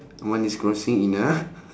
one is crossing in a